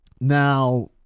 Now